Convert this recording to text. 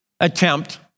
attempt